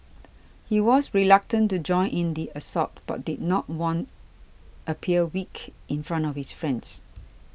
he was reluctant to join in the assault but did not want appear weak in front of his friends